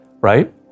Right